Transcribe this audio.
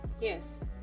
Yes